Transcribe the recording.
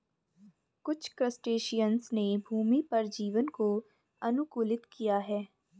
कुछ क्रस्टेशियंस ने भूमि पर जीवन को अनुकूलित किया है